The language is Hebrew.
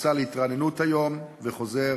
יצא להתרעננות היום וחוזר,